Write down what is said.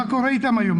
מה קורה איתם היום,